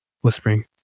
Whispering